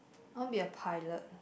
I want be a pilot ah